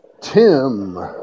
Tim